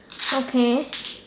okay